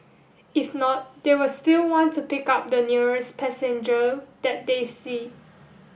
if not they will still want to pick up the nearest passenger that they see